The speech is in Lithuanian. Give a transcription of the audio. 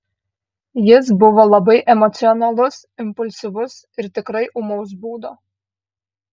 jis buvo labai emocionalus impulsyvus ir tikrai ūmaus būdo